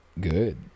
good